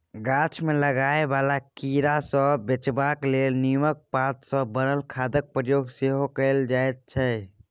गाछ मे लागय बला कीड़ा सँ बचेबाक लेल नीमक पात सँ बनल खादक प्रयोग सेहो कएल जाइ छै